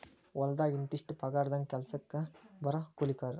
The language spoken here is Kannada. ಹೊಲದಾಗ ಇಂತಿಷ್ಟ ಪಗಾರದಂಗ ಕೆಲಸಕ್ಜ ಬರು ಕೂಲಿಕಾರರು